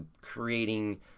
creating